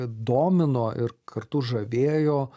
domino ir kartu žavėjo